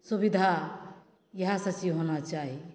सुबिधा इहए सब चीज होना चाही